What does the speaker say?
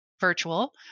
virtual